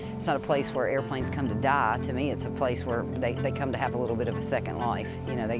it's not a place where airplanes come to die. to me, it's a place where they they come to have a little bit of a second life. you know,